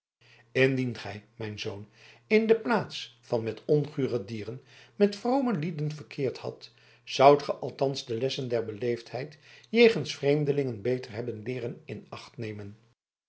indien gij mijn zoon in de plaats van met ongure dieren met vrome lieden verkeerd hadt zoudt ge althans de lessen der beleefdheid jegens vreemdelingen beter hebben leeren in acht nemen